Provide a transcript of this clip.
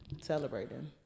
celebrating